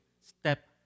step